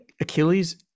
Achilles